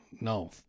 no